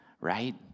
right